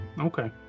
Okay